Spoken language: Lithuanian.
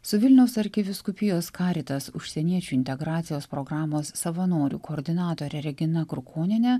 su vilniaus arkivyskupijos karitas užsieniečių integracijos programos savanorių koordinatore regina krukoniene